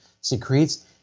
secretes